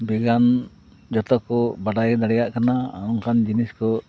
ᱵᱤᱜᱽᱜᱟᱱ ᱡᱚᱛᱚ ᱠᱚ ᱵᱟᱰᱟᱭ ᱫᱟᱲᱮᱭᱟᱜ ᱠᱟᱱᱟ ᱚᱱᱠᱟᱱ ᱡᱤᱱᱤᱥ ᱠᱚ